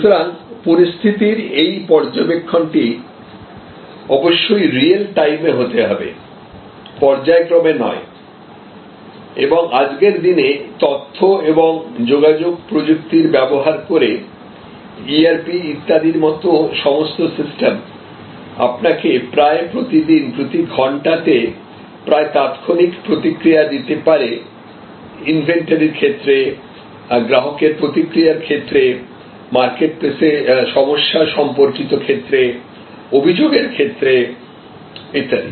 সুতরাং পরিস্থিতির এই পর্যবেক্ষণটি অবশ্যই রিয়েল টাইমে হতে হবে পর্যায়ক্রমে নয় এবং আজকের দিনে তথ্য এবং যোগাযোগ প্রযুক্তির ব্যবহার করে ইআরপি ইত্যাদির মতো সমস্ত সিস্টেম আপনাকে প্রায় প্রতিদিন প্রতি ঘন্টা তে প্রায় তাত্ক্ষণিক প্রতিক্রিয়া দিতে পারে ইনভেন্টরির ক্ষেত্রে গ্রাহকের প্রতিক্রিয়ার ক্ষেত্রে মার্কেটপ্লেসে সমস্যা সম্পর্কিত ক্ষেত্রে অভিযোগের ক্ষেত্রে ইত্যাদি